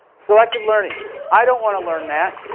selective learning. i don't want to learn that.